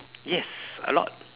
yes a lot